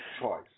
choice